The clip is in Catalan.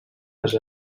les